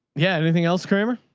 yeah. anything else? kramer,